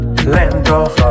Lento